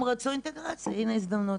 הם רצו אינטגרציה אז הנה ההזדמנות,